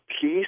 peace